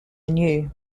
new